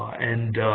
and